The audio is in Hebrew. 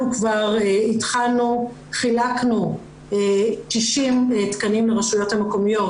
אנחנו כבר חילקנו 90 תקנים לרשויות המקומיות